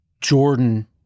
Jordan